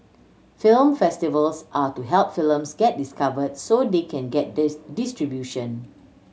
film festivals are to help films get discovered so they can get distribution